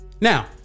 Now